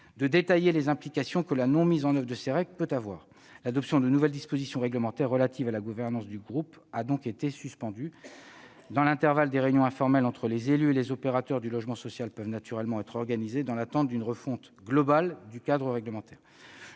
de détailler les implications que l'absence de mise en oeuvre de ces règles peut avoir. L'adoption de nouvelles dispositions réglementaires relatives à la gouvernance du groupe a donc été suspendue. Dans l'intervalle, des réunions informelles entre les élus et les opérateurs du logement social peuvent naturellement être organisées, dans l'attente d'une refonte globale du cadre réglementaire.